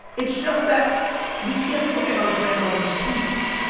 it's just that we can't look at our grandmother's tweets.